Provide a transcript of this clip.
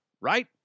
right